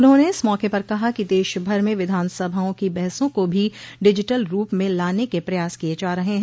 उन्होंने इस मौके पर कहा कि देश भर में विधानसभाओं की बहसों को भी डिजिटल रूप में लाने के प्रयास किये जा रहे हैं